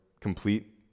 complete